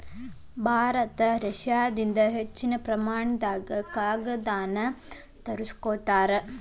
ಭಾರತ ರಷ್ಯಾದಿಂದ ಹೆಚ್ಚಿನ ಪ್ರಮಾಣದಾಗ ಕಾಗದಾನ ತರಸ್ಕೊತಾರ